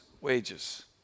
wages